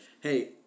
hey